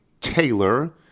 Taylor